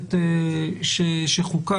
הכנסת שחוקק.